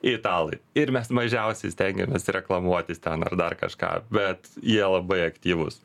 italai ir mes mažiausiai stengiamės reklamuotis ten ar dar kažką bet jie labai aktyvūs